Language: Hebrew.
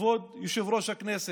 כבוד יושב-ראש הכנסת,